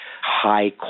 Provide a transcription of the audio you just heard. high